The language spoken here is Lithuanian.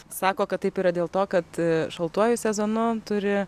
sako kad taip yra dėl to kad šaltuoju sezonu turi